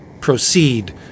proceed